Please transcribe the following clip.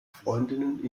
freundinnen